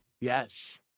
Yes